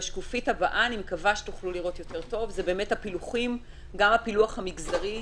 בשקופית הבאה זה הפילוחים, גם הפילוח המגזרי.